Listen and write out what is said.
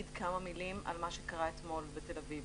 כמה מלים על מה שקרה אתמול בתל אביב.